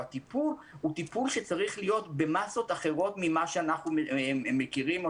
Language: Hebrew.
הטיפול הוא טיפול שצריך להיות במסות אחרות ממה שאנחנו מכירים.